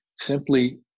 simply